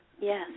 Yes